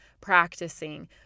practicing